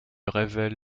révèle